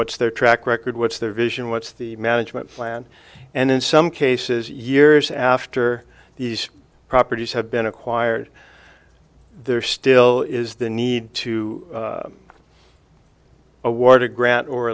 what's their track record what's their vision what's the management plan and in some cases years after these properties have been acquired there still is the need to award a grant or